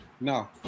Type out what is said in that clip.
No